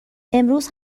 امروز